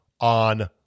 on